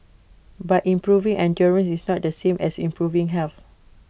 but improving and during is not the same as improving health